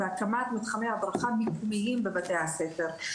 והתאמת מתחמי הדרכה מקומיים בבתי הספר.